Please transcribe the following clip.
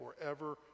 forever